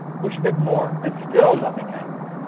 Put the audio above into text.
push a bit more and still nothing happens,